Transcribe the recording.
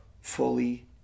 fully